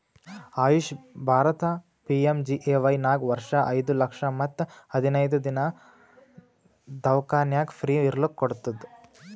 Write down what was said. AYUSH Bharat PMJAY ನಾಗ್ ವರ್ಷ ಐಯ್ದ ಲಕ್ಷ ಮತ್ ಹದಿನೈದು ದಿನಾ ದವ್ಖಾನ್ಯಾಗ್ ಫ್ರೀ ಇರ್ಲಕ್ ಕೋಡ್ತುದ್